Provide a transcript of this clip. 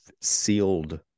sealed –